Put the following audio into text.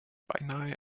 beinahe